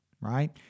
right